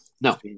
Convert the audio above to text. No